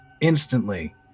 Instantly